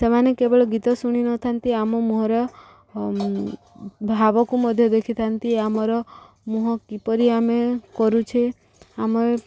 ସେମାନେ କେବଳ ଗୀତ ଶୁଣି ନଥାନ୍ତି ଆମ ମୁହଁର ଭାବକୁ ମଧ୍ୟ ଦେଖିଥାନ୍ତି ଆମର ମୁହଁ କିପରି ଆମେ କରୁଛେ ଆମର